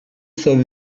sauve